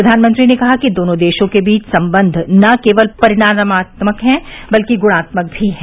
प्रधानमंत्री ने कहा कि दोनों देशों के बीच संबंध न केवल परिमाणात्मक हैं बल्कि गुणात्मक भी हैं